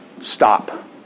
stop